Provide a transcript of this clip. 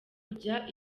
kujya